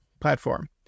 platform